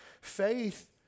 Faith